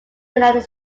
united